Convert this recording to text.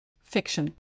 Fiction